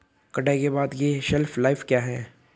कटाई के बाद की शेल्फ लाइफ क्या है?